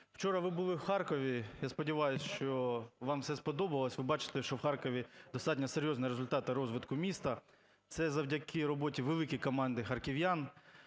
Вчора ви були у Харкові, я сподіваюся, що вам все сподобалося, ви бачите, що в Харкові достатньо серйозні результати розвитку міста. Це завдяки роботі великій команді харків'ян,